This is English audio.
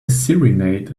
serenade